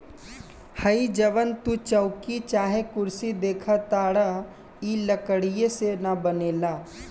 हइ जवन तू चउकी चाहे कुर्सी देखताड़ऽ इ लकड़ीये से न बनेला